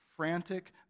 frantic